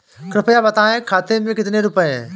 कृपया बताएं खाते में कितने रुपए हैं?